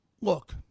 Look